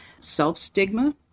self-stigma